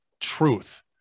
truth